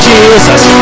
Jesus